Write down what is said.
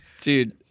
dude